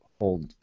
hold